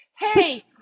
hey